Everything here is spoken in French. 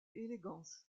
élégance